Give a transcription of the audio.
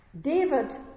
David